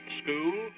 school